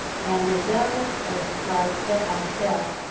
and it does describe, step by step,